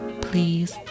please